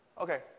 Okay